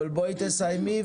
כן, אבל בואי תסיימי.